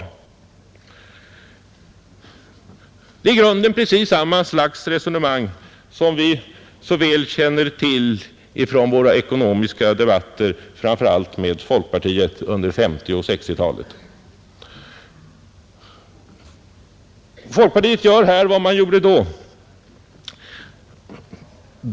Det gäller i grunden precis samma slags resonemang som vi så väl känner till från våra ekonomiska debatter framför allt med folkpartiet under 1950 och 1960-talen. Folkpartiet gör här detsamma som man gjorde då.